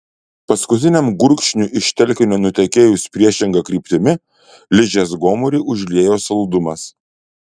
paskutiniam gurkšniui iš telkinio nutekėjus priešinga kryptimi ližės gomurį užliejo saldumas